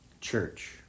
church